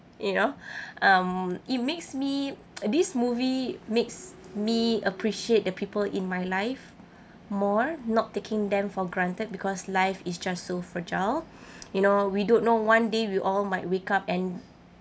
you know um it makes me this movie makes me appreciate the people in my life more not taking them for granted because life is just so fragile you know we don't know one day we all might wake up and